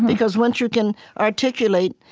because once you can articulate,